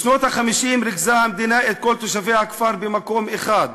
בשנות ה-50 ריכזה המדינה את כל תושבי הכפר במקום אחד,